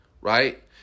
right